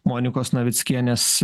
monikos navickienės